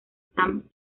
sam